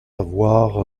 voir